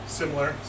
similar